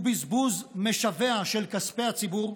הוא בזבוז משווע של כספי הציבור,